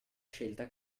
scelta